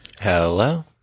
Hello